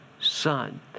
son